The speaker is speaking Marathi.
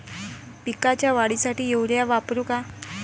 पिकाच्या वाढीसाठी युरिया वापरू का?